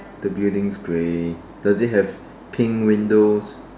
the building's grey does it have pink windows